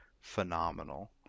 phenomenal